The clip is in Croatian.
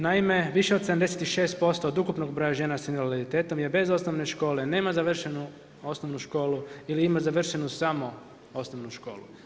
Naime, više od 76% od ukupnog broja žena sa invaliditetom je bez osnovne škole, nema završenu osnovnu školu ili ima završenu samo osnovnu školu.